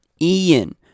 Ian